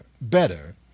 better